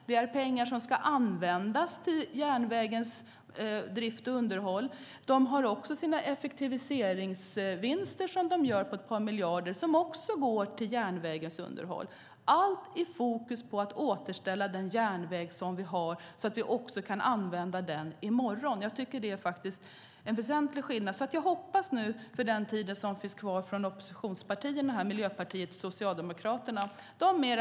Det är pengar som ska användas till järnvägens drift och underhåll. De har också effektiviseringsvinster på ett par miljarder som de gör och som också går till järnvägens underhåll, allt med fokus på att återställa den järnväg som vi har, så att vi kan använda den också i morgon. Jag tycker att det är en väsentlig skillnad. Jag hoppas att det under den tid som finns kvar för oppositionspartierna, Miljöpartiet och Socialdemokraterna, går att få svar.